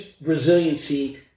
resiliency